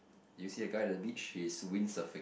you see the guy at the beach he's wind surfing